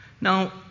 Now